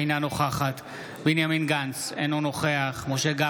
אינה נוכחת בנימין גנץ, אינו נוכח משה גפני,